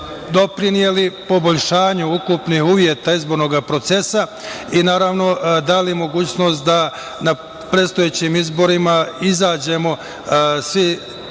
doprineli poboljšanju ukupnih uslova izbornog procesa, i naravno, dali mogućnost da na predstojećim izborima izađemo svi